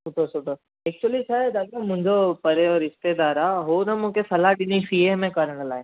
सुठो सुठो एक्चुली छा आहे दादा मुंहिंजो परियो रिश्तेदार आहे उहो न मूंखे सलाहु ॾिनी सी ए में करण लाइ